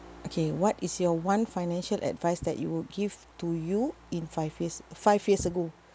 okay what is your one financial advice that you would give to you in five years five years ago